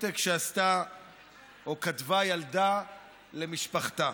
פתק שעשתה או כתבה ילדה למשפחתה.